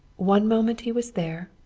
one moment he was there,